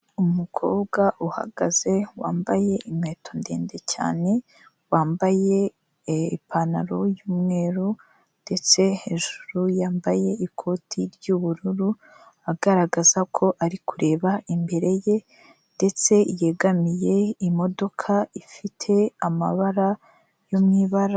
Umukobwa uhagaze wambaye inkweto ndende cyane, wambaye ipantaro y'umweru ndetse hejuru yambaye ikoti ry'ubururu, agaragaza ko ari kureba imbere ye ndetse yegamiye imodoka ifite amabara yo mu ibara...